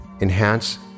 enhance